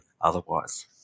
otherwise